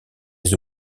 les